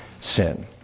sin